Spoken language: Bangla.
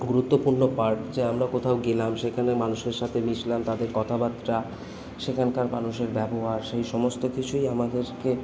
গুরুত্বপূর্ণ পার্ট যা আমরা কোথাও গেলাম সেখানে মানুষের সাথে মিশলাম তাদের কথাবার্তা সেখানকার মানুষের ব্যবহার সেই সমস্ত কিছুই আমাদেরকে